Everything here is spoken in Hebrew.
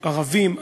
ערבים,